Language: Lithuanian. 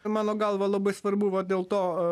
mano galva labai svarbu va dėl to